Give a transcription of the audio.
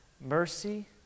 mercy